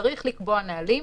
החוק אומר שצריך לקבוע נהלים,